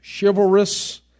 chivalrous